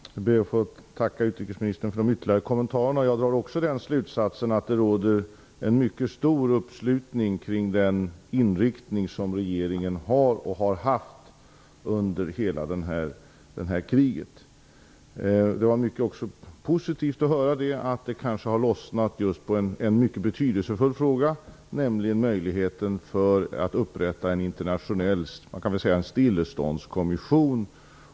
Herr talman! Jag ber att få tacka utrikesministern för de ytterligare kommentarerna. Jag drar också slutsatsen att det råder en mycket stor uppslutning kring den inriktning som regeringen har och har haft under hela den tid som detta krig har pågått. Det var mycket positivt att höra att det kanske har lossnat på en mycket betydelsefull punkt, nämligen när det gäller möjligheten att upprätta en internationell s.k. stilleståndskommission.